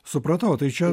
supratau tai čia